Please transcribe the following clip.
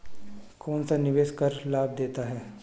कौनसा निवेश कर लाभ देता है?